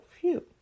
phew